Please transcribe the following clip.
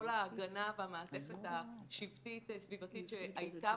כל ההגנה והמעטפת השבטית-סביבתית שהייתה